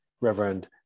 Reverend